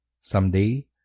Someday